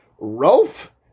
Rolf